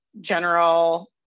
general